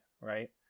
right